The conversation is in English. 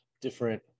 different